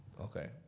Okay